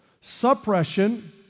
Suppression